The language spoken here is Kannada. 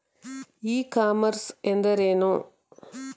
ಇ ಕಾಮರ್ಸ್ ಎಂದರೆ ಏನು?